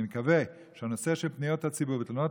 אני מקווה שהנושא של פניות הציבור ותלונות